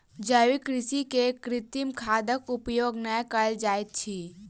जैविक कृषि में कृत्रिम खादक उपयोग नै कयल जाइत अछि